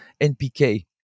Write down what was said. NPK